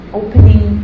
opening